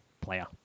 player